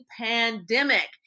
pandemic